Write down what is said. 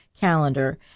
calendar